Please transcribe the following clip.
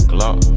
Glock